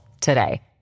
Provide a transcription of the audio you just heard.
today